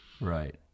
right